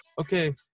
Okay